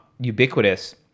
ubiquitous